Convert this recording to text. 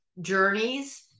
journeys